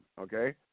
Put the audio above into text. okay